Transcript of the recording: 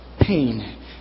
pain